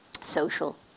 social